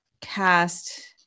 cast